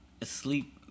asleep